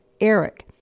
Eric